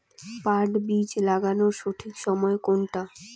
পাট বীজ লাগানোর সঠিক সময় কোনটা?